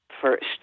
first